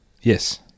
Yes